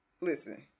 Listen